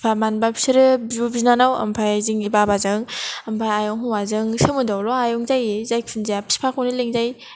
बिफा मानो होनोब्ला बिसोरो बिब' बिनानाव ओमफ्राय जोंनि बाबाजों आयं हौवाजों सोमोन्दोआवल' आयं जायो जिखुनु जाया बिफाखौनो लिंजायो